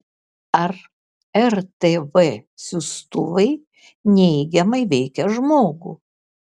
ar rtv siųstuvai neigiamai veikia žmogų